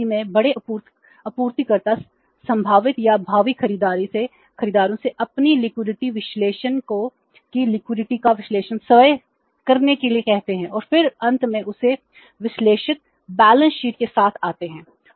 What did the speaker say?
उस स्थिति में बड़े आपूर्तिकर्ता संभावित या भावी खरीदारों से अपनी लिक्विडिटीके साथ आते हैं